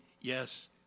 yes